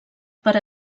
per